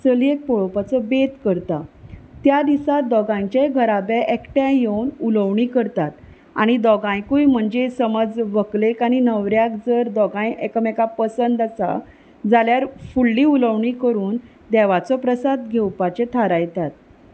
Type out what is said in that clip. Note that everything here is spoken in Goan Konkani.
चलयेक पळोवपाचो बेत करता त्या दिसा दोगांयचेय घराबें एकठांय येवन उलोवणी करतात आनी दोगांयकूय म्हणजे समज व्हंकलेक आनी न्हवऱ्याक जर दोगांय एकामेकां पसंद आसा जाल्यार फुडली उलोवणी करून देवाचो प्रसाद घेवपाचे थारायतात